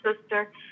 sister